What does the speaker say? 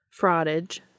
Fraudage